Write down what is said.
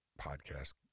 podcast